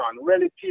relative